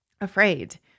afraid